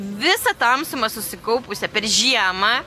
visą tamsumą susikaupusią per žiemą